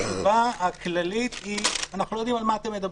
והתשובה הכללית היא: אנחנו לא יודעים על מה אתם מדברים.